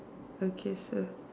okay so